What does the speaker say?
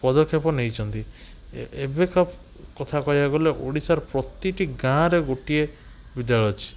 ପଦକ୍ଷେପ ନେଇଛନ୍ତି ଏବେକା କଥା କହିବାକୁ ଗଲେ ଓଡ଼ିଶାର ପ୍ରତିଟି ଗାଁରେ ଗୋଟିଏ ବିଦ୍ୟାଳୟ ଅଛି